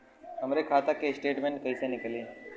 हमरे खाता के स्टेटमेंट कइसे निकली?